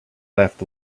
laughed